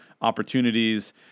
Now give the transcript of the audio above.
opportunities